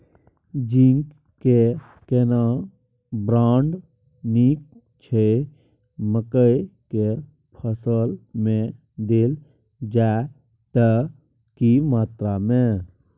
Zinc के केना brand नीक छैय मकई के फसल में देल जाए त की मात्रा में?